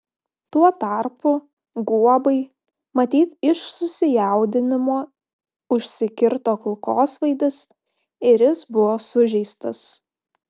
tuo tarpu guobai matyt iš susijaudinimo užsikirto kulkosvaidis ir jis buvo sužeistas